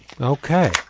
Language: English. Okay